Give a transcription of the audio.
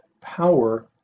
power